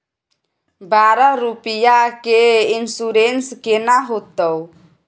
बारह रुपिया के इन्सुरेंस केना होतै?